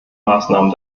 maßnahmen